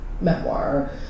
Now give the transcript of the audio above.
memoir